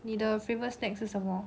你的 favourite snack 是什么